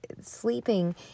sleeping